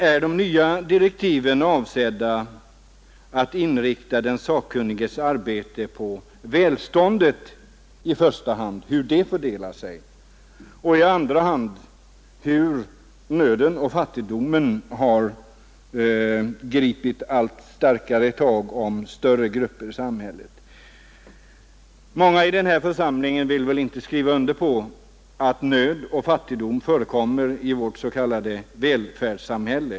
Är de nya direktiven avsedda att i första hand inrikta den sakkunniges arbete på hur välståndet fördelar sig och i andra hand på hur nöden och fattigdomen har gripit allt starkare tag om större grupper i samhället? Många i den här församlingen vill väl inte skriva under på att nöd och fattigdom förekommer i vårt s.k. välfärdssamhälle.